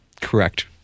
Correct